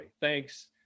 thanks